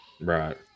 right